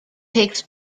takes